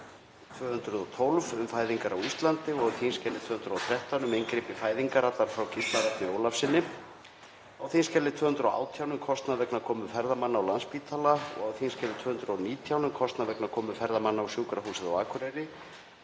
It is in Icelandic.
212, um fæðingar á Íslandi, og á þskj. 213, um inngrip í fæðingar, allar frá Gísla Rafni Ólafssyni, á þskj. 218, um kostnað vegna komu ferðamanna á Landspítala, og á þskj. 219, um kostnað vegna komu ferðamanna á Sjúkrahúsið á Akureyri,